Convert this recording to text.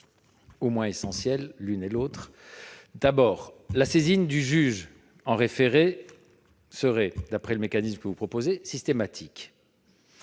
raisons essentielles. D'abord, la saisine du juge des référés serait, d'après le mécanisme que vous proposez, systématique